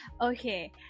Okay